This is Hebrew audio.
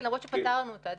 כן, למרות שפתרנו אותה.